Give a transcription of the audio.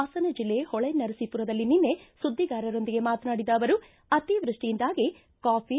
ಹಾಸನ ಜಿಲ್ಲೆ ಹೊಳೆ ನರಸೀಪುರದಲ್ಲಿ ನಿನ್ನೆ ಸುದ್ದಿಗಾರರೊಂದಿಗೆ ಮಾತನಾಡಿದ ಅವರು ಅತಿವೃಷ್ಟಿಯಿಂದಾಗಿ ಕಾಫಿ